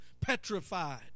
petrified